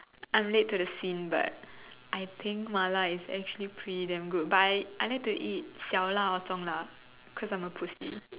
I'm late to the scene but I think mala is actually pretty damn good but I I like to eat 小辣 or 重辣 cause I'm a pussy